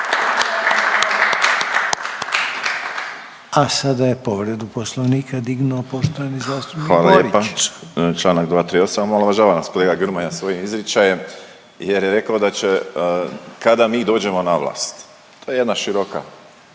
A sada je povredu Poslovnika dignuo poštovani zastupnik Borić. **Borić, Josip (HDZ)** Hvala lijepa. Čl. 238. omalovažava nas kolega Grmoja svojim izričajem jer je rekao da će kada mi dođemo na vlast. To je jedna široka,